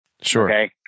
Sure